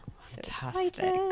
Fantastic